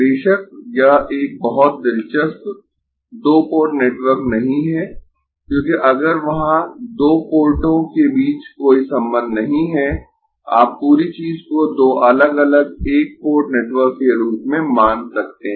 बेशक यह एक बहुत दिलचस्प दो पोर्ट नेटवर्क नहीं है क्योंकि अगर वहां दो पोर्टों के बीच कोई संबंध नहीं है आप पूरी चीज को दो अलग अलग एक पोर्ट नेटवर्क के रूप में मान सकते है